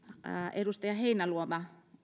edustaja heinäluoma